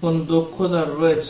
কোনও দক্ষতা রয়েছে